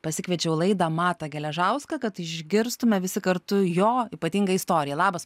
pasikviečiau į laidą matą geležauską kad išgirstume visi kartu jo ypatingą istoriją labas